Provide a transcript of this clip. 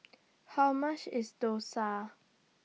How much IS Dosa